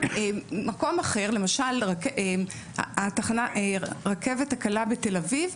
מקום אחר, למשל הרכבת הקלה בתל אביב,